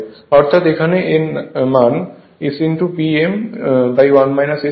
অর্থাৎ এখানে এর মানS P m 1 S হবে